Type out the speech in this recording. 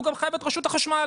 הוא גם חייב את רשות החשמל,